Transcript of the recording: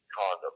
condom